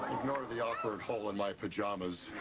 ignore the awkward hole in my pajamas.